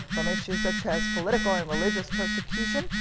from issues such as political and religious persecution.